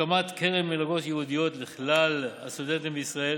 הקמת קרן מלגות ייעודיות לכלל הסטודנטים בישראל